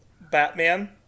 Batman